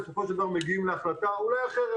היו, בסופו של דבר, מגיעים להחלטה אולי אחרת.